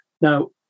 Now